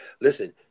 Listen